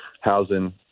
housing